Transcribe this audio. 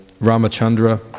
Ramachandra